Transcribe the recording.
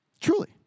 Truly